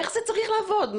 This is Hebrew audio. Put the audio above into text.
איך זה צריך לעבוד?